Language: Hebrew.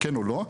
או לא.